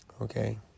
okay